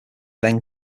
then